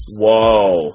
Whoa